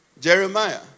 Jeremiah